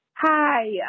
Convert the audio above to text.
Hi